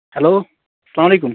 hello السَّلامُ علیکم